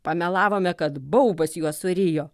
pamelavome kad baubas juos surijo